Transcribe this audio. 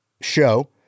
show